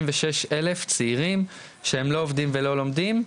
ושישה אלף צעירים שהם לא עובדים ולא לומדים.